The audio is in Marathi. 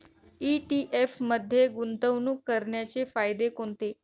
ई.टी.एफ मध्ये गुंतवणूक करण्याचे फायदे कोणते?